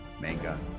manga